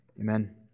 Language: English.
Amen